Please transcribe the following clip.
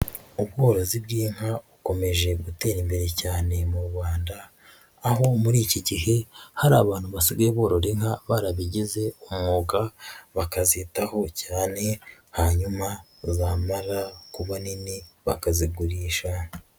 Ubworozi bw'inka bukomeje gutera imbere cyane mu Rwanda, aho muri iki gihe hari abantu basigaye borora inka barabigize umwuga, bakazitaho cyane, hanyuma zamara kuba nini bakazigurisha.